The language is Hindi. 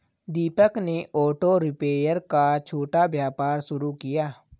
दीपक ने ऑटो रिपेयर का छोटा व्यापार शुरू किया